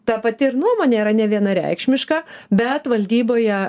ta pati ir nuomonė yra nevienareikšmiška bet valdyboje